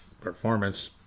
performance